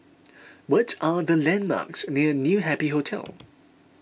what are the landmarks near New Happy Hotel